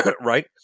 right